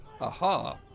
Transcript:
Aha